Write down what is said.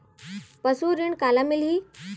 पशु ऋण काला मिलही?